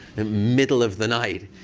the middle of the night.